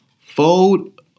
Fold